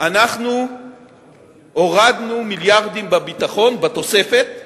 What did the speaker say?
אנחנו הורדנו מיליארדים בביטחון, בתוספת,